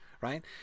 right